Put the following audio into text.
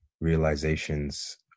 realizations